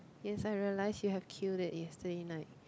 yes I realised you have queue it yesterday night